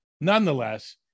nonetheless